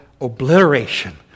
obliteration